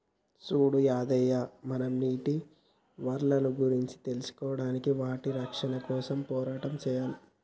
సూడు యాదయ్య మనం నీటి వనరులను గురించి తెలుసుకోడానికి వాటి రక్షణ కోసం పోరాటం సెయ్యాలి